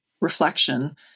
reflection